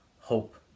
hope